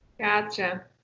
Gotcha